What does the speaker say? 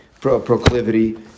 proclivity